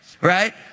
right